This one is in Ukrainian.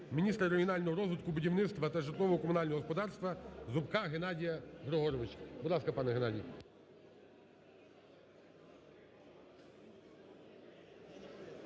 міністра регіонального розвитку, будівництва та житлово-комунального господарства Зубка Геннадія Григоровича. Будь ласка, пане Геннадій.